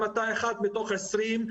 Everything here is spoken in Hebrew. אם אתה אחד מתוך 20,